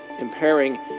impairing